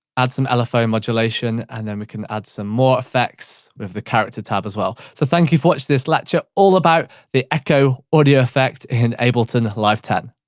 add some lfo modulation, and then we can add some more effects with the character tab as well. so thank you for watching this lecture all about the echo audio effect in ableton live tap.